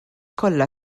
kollha